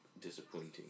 disappointing